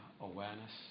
awareness